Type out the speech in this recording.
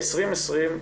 ב-2020,